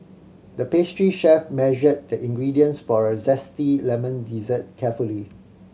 the pastry chef measured the ingredients for a zesty lemon dessert carefully